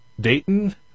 Dayton